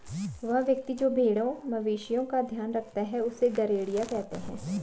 वह व्यक्ति जो भेड़ों मवेशिओं का ध्यान रखता है उससे गरेड़िया कहते हैं